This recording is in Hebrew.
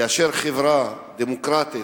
כאשר חברה דמוקרטית,